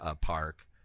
Park